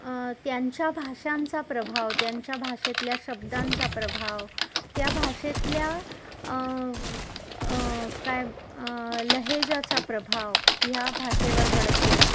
त्यांच्या भाषांचा प्रभाव त्यांच्या भाषेतल्या शब्दांचा प्रभाव त्या भाषेतल्या काय लहेजाचा प्रभाव ह्या भाषेवर पडत गेला